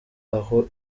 aho